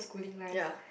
ya